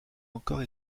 encore